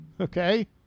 Okay